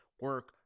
Work